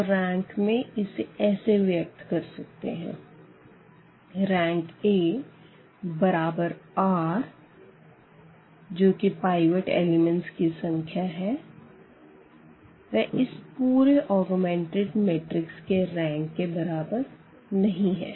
तो रैंक में इसे ऐसे व्यक्त कर सकते है RankA बराबर r है जो कि पाइवट एलिमेंट्स की संख्या है वह इस पूरे ऑग्मेंटेड मैट्रिक्स के रैंक के बराबर नहीं है